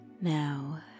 Now